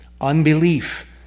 Unbelief